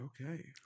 Okay